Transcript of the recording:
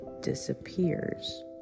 disappears